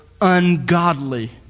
ungodly